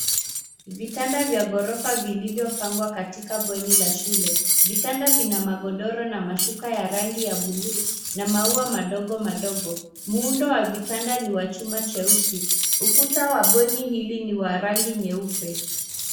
Vitanda vya ghorofa vilivyopangwa katika bweni la shule. Vitanda vina magodoro na mashuka ya rangi ya buluu na maua madogo madogo. Muundo wa vitanda ni wa chuma cheusi. Ukuta wa bweni hili ni wa rangi nyeupe.